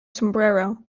sombrero